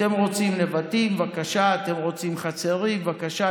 אתם רוצים נבטים, בבקשה, אתם רוצים חצרים, בבקשה.